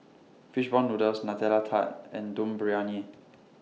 Fish Ball Noodles Nutella Tart and Dum Briyani